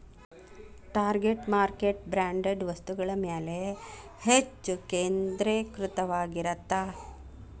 target market branded ವಸ್ತುಗಳ ಮ್ಯಾಲೆ ಹೆಚ್ಚ್ ಕೇಂದ್ರೇಕೃತವಾಗಿರತ್ತ